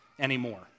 anymore